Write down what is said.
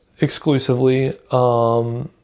exclusively